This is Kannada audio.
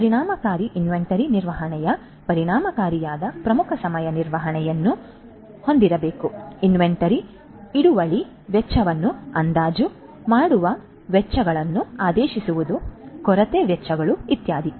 ಆದ್ದರಿಂದ ಪರಿಣಾಮಕಾರಿ ಇನ್ವೆಂಟರಿ ನಿರ್ವಹಣೆಯು ಪರಿಣಾಮಕಾರಿಯಾದ ಪ್ರಮುಖ ಸಮಯ ನಿರ್ವಹಣೆಯನ್ನು ಹೊಂದಿರಬೇಕು ಇನ್ವೆಂಟರಿ ಹಿಡುವಳಿ ವೆಚ್ಚವನ್ನು ಅಂದಾಜು ಮಾಡುವುದುವೆಚ್ಚಗಳನ್ನು ಆದೇಶಿಸುವುದು ಕೊರತೆ ವೆಚ್ಚಗಳು ಇತ್ಯಾದಿ